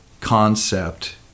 concept